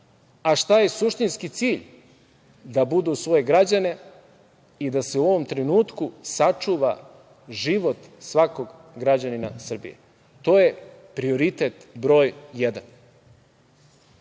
A šta je suštinski cilj? Da budu uz svoje građane i da se u ovom trenutku sačuva život svakog građanina Srbije. To je prioritet broj jedan. Mere